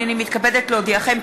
הנני מתכבדת להודיעכם,